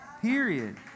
period